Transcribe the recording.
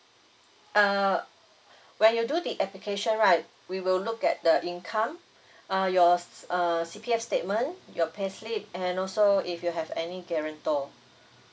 err when you do the application right we will look at the income uh your s~ s~ err C_P_S statement your payslip and also if you have any guarantor